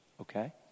Okay